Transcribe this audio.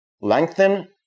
lengthen